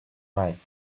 right